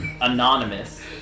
anonymous